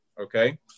okay